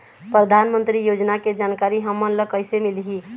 परधानमंतरी योजना के जानकारी हमन ल कइसे मिलही?